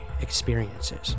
experiences